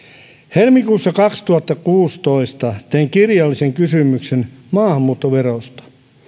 helmikuussa kaksituhattakuusitoista tein kirjallisen kysymyksen maahanmuuttoverosta